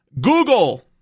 Google